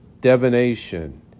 divination